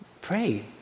Pray